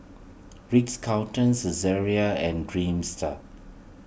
Ritz Carlton Saizeriya and Dreamster